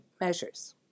measures